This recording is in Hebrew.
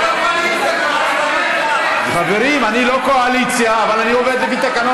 חברים, אני לא קואליציה, אבל אני עובד לפי תקנון